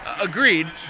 Agreed